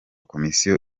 komisiyo